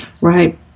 Right